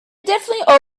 definitely